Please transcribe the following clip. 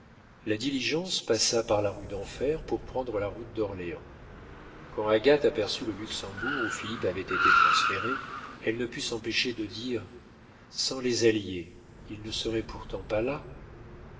la diligence passa par la rue d'enfer pour prendre la route d'orléans quand agathe aperçut le luxembourg où philippe avait été transféré elle ne put s'empêcher de dire sans les alliés il ne serait pourtant pas là